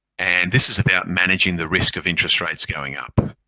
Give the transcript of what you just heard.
and this is about managing the risk of interest rates going up.